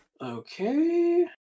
okay